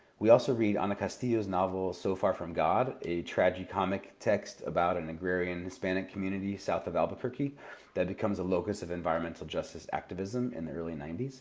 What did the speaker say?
we also read on ana castillo's novel so far from god, a tragicomic text about an agrarian hispanic community south of albuquerque that becomes a locus of environmental justice activism in the early ninety s.